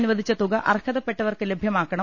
അനുവദിച്ച തുക അർഹതപ്പെട്ടവർക്ക് ലഭ്യമാക്കണം